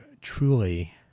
truly